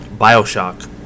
bioshock